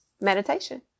meditation